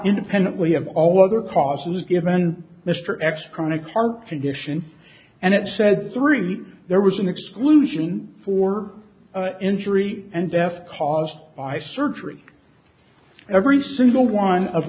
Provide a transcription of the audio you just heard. independent we have all other causes given mr x chronic heart condition and it said three there was an exclusion for injury and death caused by surgery every single one of